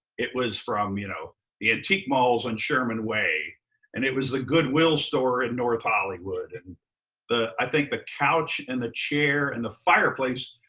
it was from you know the antique malls on sherman way and it was the goodwill store in north hollywood. and i think the couch and the chair and the fireplace,